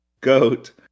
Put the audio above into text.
goat